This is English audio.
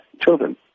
children